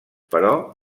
però